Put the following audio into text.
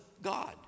god